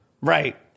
Right